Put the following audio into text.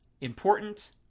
important